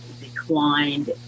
declined